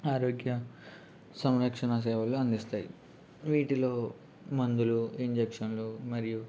ఆరోగ్య సంరక్షణ సేవలు అందిస్తాయి వీటిలో మందులు ఇంజక్షన్లు మరియు